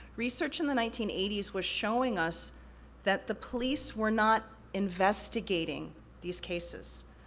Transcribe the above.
research in the nineteen eighty s was showing us that the police were not investigating these cases.